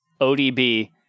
ODB